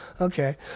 Okay